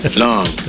long